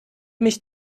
mich